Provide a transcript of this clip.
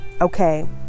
okay